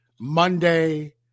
Monday